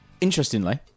Interestingly